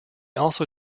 also